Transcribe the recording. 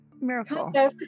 miracle